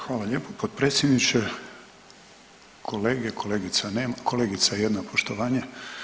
Hvala lijepo potpredsjedniče, kolege, kolegica jedna poštovanje.